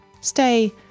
Stay